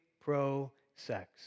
pro-sex